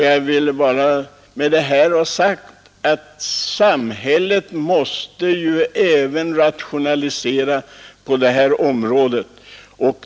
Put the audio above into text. Jag vill med detta ha sagt att samhället måste även rationalisera på det här området.